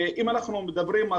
ואם אנחנו מדברים,